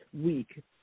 week